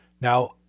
Now